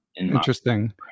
Interesting